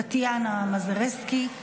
טטיאנה מזרסקי,